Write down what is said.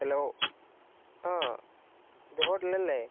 hello ആ ഇത് hotel അല്ലേ